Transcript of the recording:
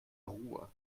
ruhe